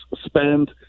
spend